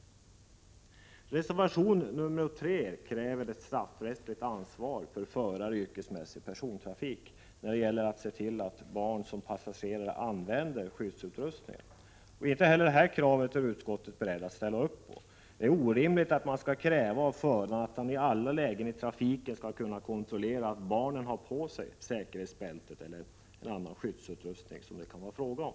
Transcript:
I reservation 3 krävs ett straffrättsligt ansvar för förare i yrkesmässig persontrafik när det gäller att se till att barn som passagerare använder skyddsutrustning. Inte heller detta krav är utskottet berett att ställa upp på. Det är orimligt att kräva av föraren att han i alla lägen i trafiken skall kunna kontrollera att barnen har på sig säkerhetsbältet eller använder annan skyddsutrustning som det kan vara fråga om.